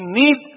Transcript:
need